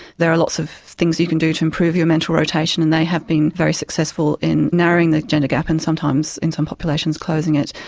there are lots of things you can do to improve your mental rotation and they have been very successful in narrowing the gender gap and sometimes in some populations closing it.